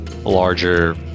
Larger